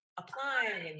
applying